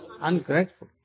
ungrateful